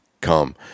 come